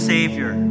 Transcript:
Savior